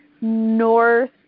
north